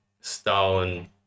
Stalin